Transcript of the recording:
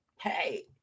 hey